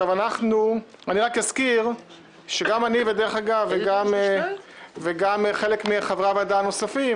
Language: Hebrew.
אני רק אזכיר שגם אני וגם חלק מחברי הוועדה הנוספים